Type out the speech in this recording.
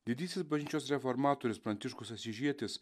didysis bažnyčios reformatorius pranciškus asyžietis